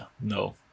no